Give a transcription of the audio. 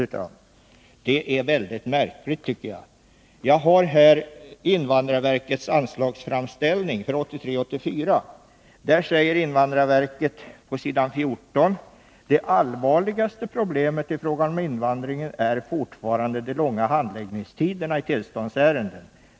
Det är mycket märkligt. Jag har här invandrarverkets anslagsframställning för 1983/84. Där säger man på s. 14: ”Det allvarligaste problemet i fråga om invandringen är fortfarande de långa handläggningstiderna i tillståndsärenden.